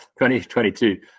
2022